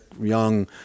young